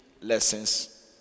lessons